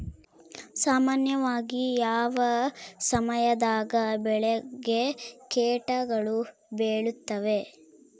ಸಾಮಾನ್ಯವಾಗಿ ಯಾವ ಸಮಯದಾಗ ಬೆಳೆಗೆ ಕೇಟಗಳು ಬೇಳುತ್ತವೆ?